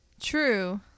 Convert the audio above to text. True